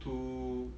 too